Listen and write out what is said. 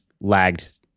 lagged